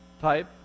type